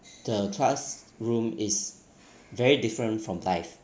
the class room is very different from life